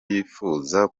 yifuza